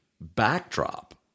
backdrop